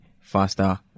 faster